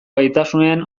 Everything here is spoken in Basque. gaitasunean